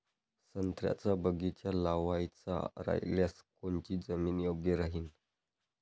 संत्र्याचा बगीचा लावायचा रायल्यास कोनची जमीन योग्य राहीन?